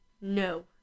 No